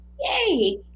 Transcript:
Yay